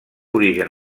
origen